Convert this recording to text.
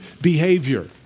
behavior